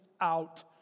out